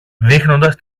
δείχνοντας